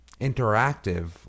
interactive